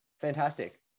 fantastic